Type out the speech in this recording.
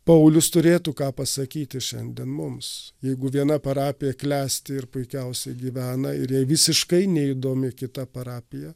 paulius turėtų ką pasakyti šiandien mums jeigu viena parapija klesti ir puikiausiai gyvena ir jai visiškai neįdomi kita parapija